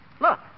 Look